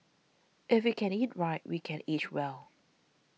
if we can eat right we can age well